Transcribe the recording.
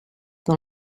dans